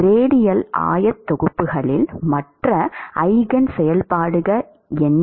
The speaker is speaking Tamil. ரேடியல் ஆயத்தொகுப்புகளில் மற்ற ஈஜென் செயல்பாடுகள் என்ன